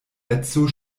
edzo